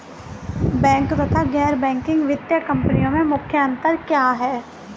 Bank तथा गैर banking वित्तीय कंपनियों में मुख्य अंतर क्या है?